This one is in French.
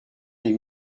des